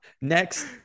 Next